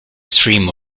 stream